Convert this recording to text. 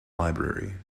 library